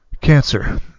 Cancer